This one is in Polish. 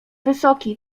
wysoki